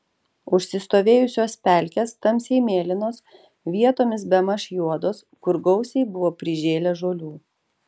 užsistovėjusios pelkės tamsiai mėlynos vietomis bemaž juodos kur gausiai buvo prižėlę žolių